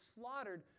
slaughtered